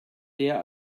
der